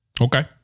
Okay